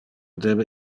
debe